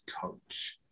coach